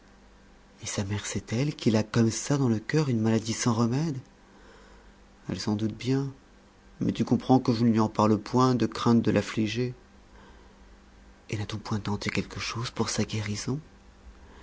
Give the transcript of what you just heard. et sa mère sait-elle qu'il a comme ça dans le coeur une maladie sans remède elle s'en doute bien mais tu comprends que je ne lui en parle point de crainte de l'affliger et n'a-t-on point tenté quelque chose pour sa guérison